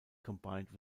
combined